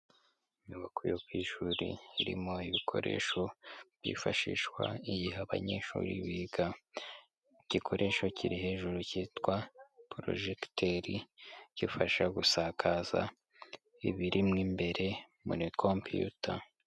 Inyubako yo ku ishuri irimo ibikoresho byifashishwa igihe abanyeshuri biga igikoresho kiri hejuru cyitwa porojegiteri, gifasha gusakaza ibirimo imbere muri computer.